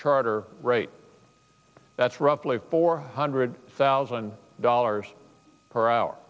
charter rate that's roughly four hundred thousand dollars per hour